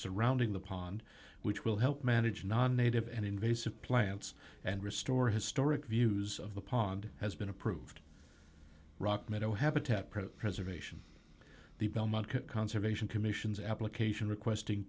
surrounding the pond which will help manage non native and invasive plants and restore historic views of the pond has been approved rock meadow habitat pro preservation conservation commission's application requesting